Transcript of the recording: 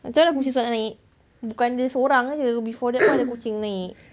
macam lah kucing susah nak naik bukan dia seorang jer before that pun ada kucing naik